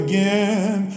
Again